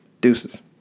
Deuces